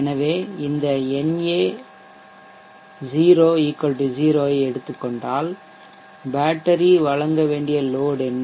எனவே இந்த na0 0 ஐ எடுத்துக் கொண்டால் பேட்டரி வழங்க வேண்டியலோட்என்ன